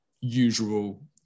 usual